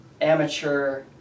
amateur